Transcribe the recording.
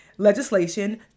legislation